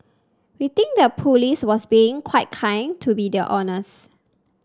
we think the police was being quite kind to be the honest